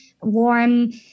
warm